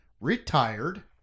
Retired